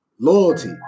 Loyalty